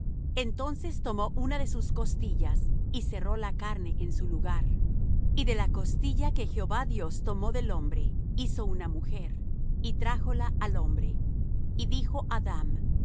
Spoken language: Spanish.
entonces tomó una de sus costillas y cerró la carne en su lugar y de la costilla que jehová dios tomó del hombre hizo una mujer y trájola al hombre y dijo adam